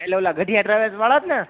એટલે ઓલા ગઢીયા ટ્રાવેલ્સવાળા જ ને